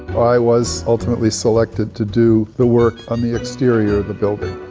i was ultimately selected to do the work on the exterior of the building.